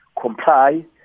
comply